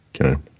Okay